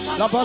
la